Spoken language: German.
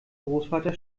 großvater